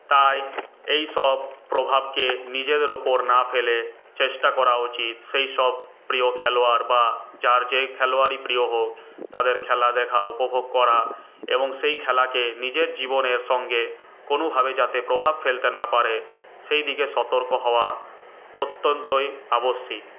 তাই এইসব প্রভাবকে নিজেদের উপর না ফেলে চেষ্টা করা উচিত সেইসব প্রিয় খেলোয়াড় বা যার যে খেলোয়াড়ই প্রিয় হোক তাদের খেলা দেখা উপভোগ করা এবং সেই খেলাকে নিজের জীবনের সঙ্গে কোনোভাবে যাতে প্রভাব ফেলতে না পারে সেই দিকে সতর্ক হওয়া অত্যন্তই আবশ্যিক